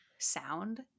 sound